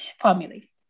family